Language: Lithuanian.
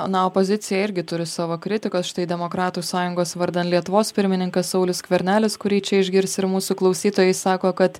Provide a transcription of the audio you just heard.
na opozicija irgi turi savo kritikos štai demokratų sąjungos vardan lietuvos pirmininkas saulius skvernelis kurį čia išgirs ir mūsų klausytojai sako kad